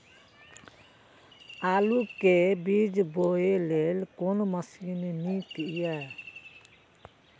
आलु के बीज बोय लेल कोन मशीन नीक ईय?